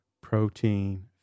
protein